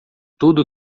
tudo